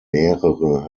mehrere